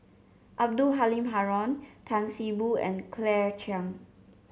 Abdul Halim Haron Tan See Boo and Claire Chiang